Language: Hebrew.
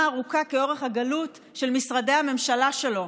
ארוכה כאורך הגלות של משרדי הממשלה שלו.